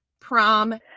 prom